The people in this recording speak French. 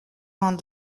vingt